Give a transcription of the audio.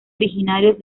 originarios